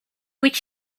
which